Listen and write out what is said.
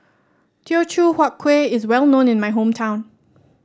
Teochew Huat Kueh is well known in my hometown